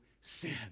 sin